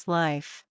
life